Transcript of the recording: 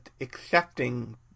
accepting